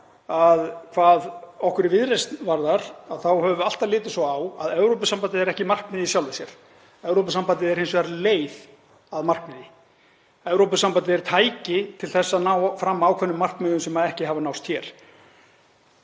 að hvað okkur í Viðreisn varðar þá höfum við alltaf litið svo á að Evrópusambandið sé ekki markmið í sjálfu sér. Evrópusambandið er hins vegar leið að markmiði. Evrópusambandið er tæki til að ná fram ákveðnum markmiðum sem ekki hafa náðst hér.